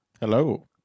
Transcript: Hello